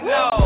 no